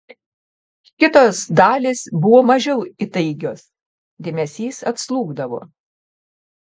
kitos dalys buvo mažiau įtaigios dėmesys atslūgdavo